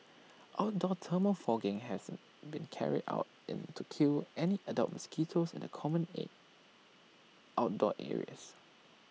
outdoor thermal fogging has been carried out into kill any adult mosquitoes in the common and outdoor areas